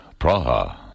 Praha